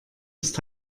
ist